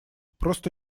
просто